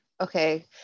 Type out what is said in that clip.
Okay